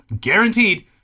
guaranteed